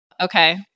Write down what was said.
Okay